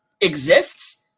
exists